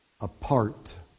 apart